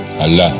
Allah